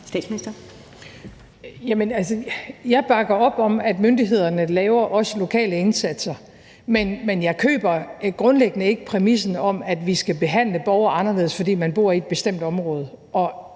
Jamen altså, jeg bakker op om, at myndighederne også laver lokale indsatser, men jeg køber grundlæggende ikke præmissen om, at vi skal behandle borgere anderledes, fordi de bor i et bestemt område. I